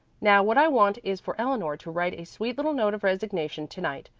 now what i want is for eleanor to write a sweet little note of resignation to-night,